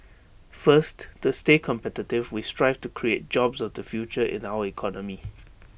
first to stay competitive we strive to create jobs of the future in our economy